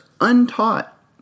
untaught